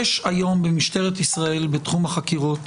יש היום במשטרת ישראל בתחום החקירות